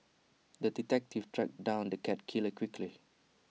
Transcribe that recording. the detective tracked down the cat killer quickly